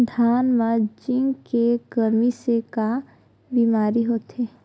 धान म जिंक के कमी से का बीमारी होथे?